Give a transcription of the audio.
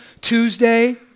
Tuesday